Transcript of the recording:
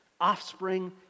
Offspring